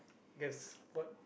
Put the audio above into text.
guess what